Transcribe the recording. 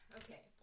okay